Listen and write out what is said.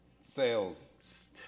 sales